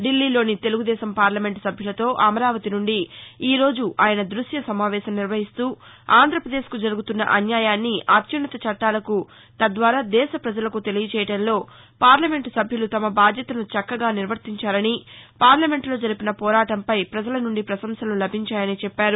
ధిల్లీలోని Telugu Desam parliament సభ్యులతో అమరావతి నుండి ఈ రోజు ఆయన ద్బశ్య సమావేశం నిర్వహిస్తూ ఆంధ్రాపదేశ్కు జరుగుతున్న అన్యాయాన్ని అత్యన్నత చట్టాలకు తద్వారా దేశ పజలకు తెలియజేయడంలో పార్లమెంట్ సభ్యులు తమ బాధ్యతను చర్కగా నిర్వర్తించారని పార్లమెంటులో జరిపిన పోరాటంపై ప్రజల నుండి పశంసలు లభించాయని చెప్పారు